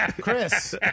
Chris